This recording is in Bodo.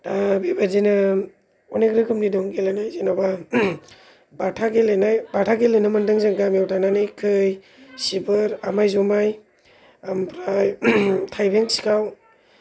दा बे बायदिनो अनेख रोखोमनि दं गेलेनाया जेन'बा बाथा गेलेनाय बाथा गेलेनो मोनदों जों गामियाव थानानै खै सिबोर आमाय जुमाय ओमफ्राय थायबें सिखाव